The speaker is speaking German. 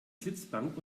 sitzbank